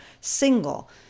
single